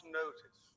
notice